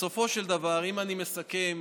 בסופו של דבר, אם אני מסכם,